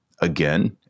again